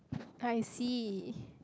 I see